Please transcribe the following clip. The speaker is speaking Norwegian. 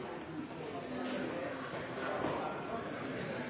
så jeg mener det er